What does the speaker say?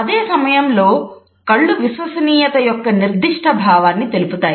అదే సమయంలో లో కళ్ళు విశ్వసనీయత యొక్క నిర్దిష్ట భావాన్ని తెలుపుతాయి